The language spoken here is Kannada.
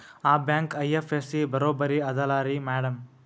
ಆ ಬ್ಯಾಂಕ ಐ.ಎಫ್.ಎಸ್.ಸಿ ಬರೊಬರಿ ಅದಲಾರಿ ಮ್ಯಾಡಂ?